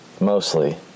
mostly